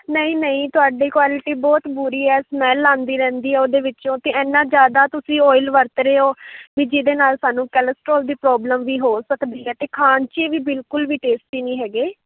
ਨਹੀਂ ਨਹੀਂ ਤੁਹਾਡੀ ਕੁਆਲਟੀ ਬਹੁਤ ਬੁਰੀ ਹੈ ਸਮੈਲ ਆਉਂਦੀ ਰਹਿੰਦੀ ਉਹਦੇ ਵਿੱਚੋਂ ਅਤੇ ਇੰਨਾ ਜ਼ਿਆਦਾ ਤੁਸੀਂ ਓਇਲ ਵਰਤ ਰਹੇ ਹੋ ਵੀ ਜਿਹਦੇ ਨਾਲ ਸਾਨੂੰ ਕੈਲੈਸਟ੍ਰੋਲ ਦੀ ਪ੍ਰੋਬਲਮ ਵੀ ਹੋ ਸਕਦੀ ਹੈ ਅਤੇ ਖਾਣ 'ਚ ਵੀ ਬਿਲਕੁਲ ਵੀ ਟੇਸਟੀ ਨਹੀਂ ਹੈਗੇ